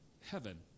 heaven